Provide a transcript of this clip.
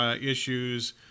issues